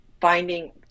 finding